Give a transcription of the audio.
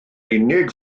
unig